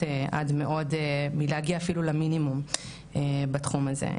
עד מאוד מלהגיע אפילו למינימום בתחום הזה.